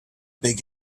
big